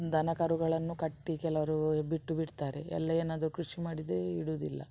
ದನ ಕರುಗಳನ್ನು ಕಟ್ಟಿ ಕೆಲವರು ಬಿಟ್ಟು ಬಿಡ್ತಾರೆ ಎಲ್ಲೆ ಏನಾದರೂ ಕೃಷಿ ಮಾಡಿದರೆ ಇಡುವುದಿಲ್ಲ